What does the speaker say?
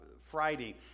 Friday